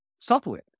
software